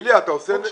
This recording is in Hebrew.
איליה, אתה עושה נזק.